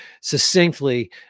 succinctly